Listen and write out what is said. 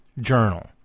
journal